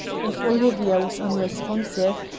if olivia was unresponsive,